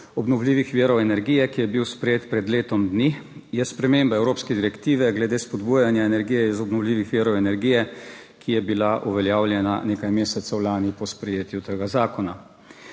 obnovljivih virov energije, ki je bil sprejet pred letom dni, je sprememba evropske direktive glede spodbujanja energije iz obnovljivih virov energije, ki je bila uveljavljena nekaj mesecev lani po sprejetju tega zakona.